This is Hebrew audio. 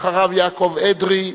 אחריו, יעקב אדרי,